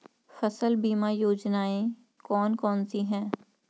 फसल बीमा योजनाएँ कौन कौनसी हैं?